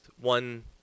one